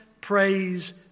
praise